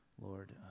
Lord